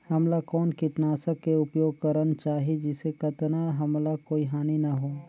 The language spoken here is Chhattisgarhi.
हमला कौन किटनाशक के उपयोग करन चाही जिसे कतना हमला कोई हानि न हो?